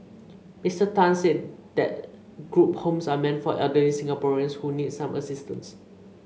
Mister Tan said the group homes are meant for elderly Singaporeans who need some assistance